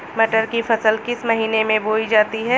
मटर की फसल किस महीने में बोई जाती है?